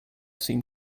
seem